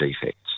defects